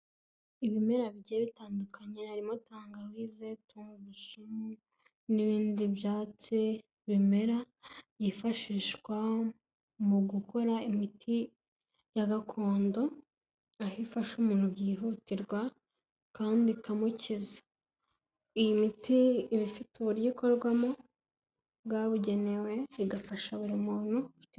Ibimera bigiye bitandukanye, harimo tangawize, tungurusumu n'ibindi byatsi bimera, byifashishwa mu gukora imiti ya gakondo, aho ifasha umuntu byihutirwa kandi ikamukiza. Iyi miti iba ifite uburyo ikorwamo bwabugenewe igafasha buri muntu.